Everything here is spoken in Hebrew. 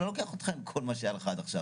אני לא לוקח אותך עם כל מה שהיה לך עד עכשיו.